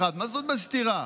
2001, מה זאת אומרת "בסתירה"?